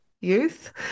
youth